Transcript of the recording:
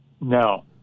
No